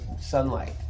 sunlight